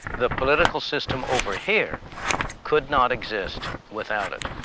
the political system over here could not exist without it.